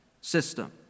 system